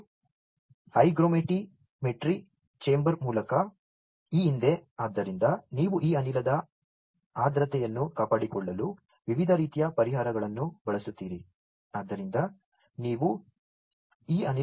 ಮತ್ತು hygrometry chamber ಮೂಲಕ ಈ ಹಿಂದೆ ಆದ್ದರಿಂದ ನೀವು ಈ ಅನಿಲದ ಆರ್ದ್ರತೆಯನ್ನು ಕಾಪಾಡಿಕೊಳ್ಳಲು ವಿವಿಧ ರೀತಿಯ ಪರಿಹಾರಗಳನ್ನು ಬಳಸುತ್ತೀರಿ